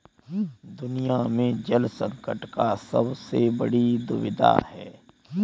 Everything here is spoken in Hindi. दुनिया में जल संकट का सबसे बड़ी दुविधा है